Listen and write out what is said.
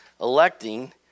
electing